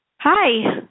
Hi